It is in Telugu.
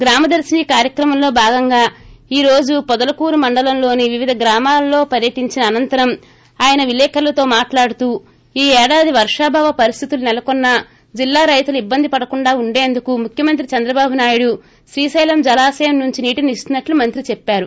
గ్రామదర్పినో కార్సక్రమంలో భాగంగా ఆయన ఈ రొజూ పొదలకూరు మండలంలోని వివిధ గ్రామాల్లో పర్శటించైనా అనంతరం ఆయన విలేకర్లతో మాట్లాడుతూ ఈ ఏడాది వర్గాభావ పరిస్లీతులు నెలకొన్నా జిల్లా రైతులు ఇబ్బంది పడకుండా ఉండేందుకు ముఖ్యమంత్రి చంద్రబాబు నాయుడు శ్రీశైలం జలాశయం నుంచి నీటిని ఇస్తున్నట్లు మంత్రి చెప్పారు